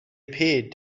appeared